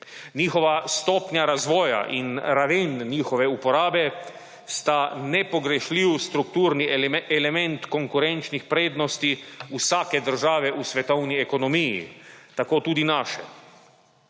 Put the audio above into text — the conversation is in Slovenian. Njihova stopnja razvoja in raven njihove uporabe sta nepogrešljiv strukturni element konkurenčnih prednosti vsake države v svetovni ekonomiji, tako tudi naše.